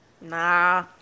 nah